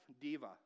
diva